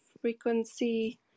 frequency